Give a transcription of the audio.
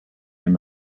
him